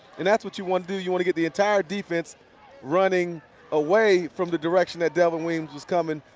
and that's what you want to do. you want to get the entire defense running away from the direction that delvin weans was coming.